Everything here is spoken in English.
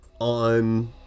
on